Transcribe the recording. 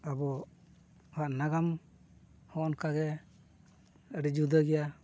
ᱟᱵᱚᱣᱟᱜ ᱱᱟᱜᱟᱢ ᱦᱚᱸ ᱚᱱᱠᱟ ᱜᱮ ᱟᱹᱰᱤ ᱡᱩᱫᱟᱹ ᱜᱮᱭᱟ